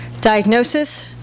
Diagnosis